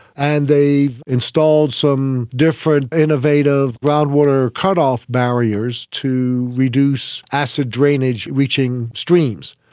and they've installed some different innovative groundwater cut-off barriers to reduce acid drainage reaching streams.